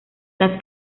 las